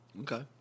okay